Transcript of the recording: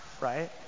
right